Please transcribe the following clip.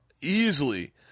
easily